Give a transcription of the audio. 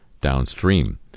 downstream